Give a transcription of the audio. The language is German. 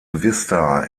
vista